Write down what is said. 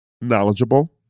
knowledgeable